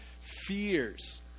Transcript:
fears